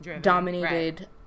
dominated